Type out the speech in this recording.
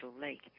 lake